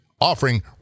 offering